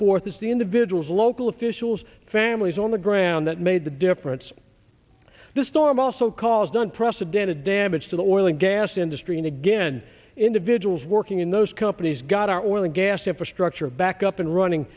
is the individuals local officials families on the ground that made the difference the storm also caused on president a damage to the oil and gas industry and again individuals working in those companies got our oil and gas infrastructure back up and running